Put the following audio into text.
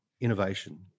innovation